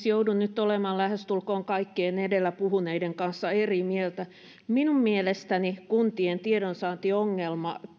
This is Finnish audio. joudun nyt olemaan lähestulkoon kaikkien edellä puhuneiden kanssa eri mieltä minun mielestäni kuntien tiedonsaantiongelma